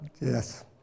yes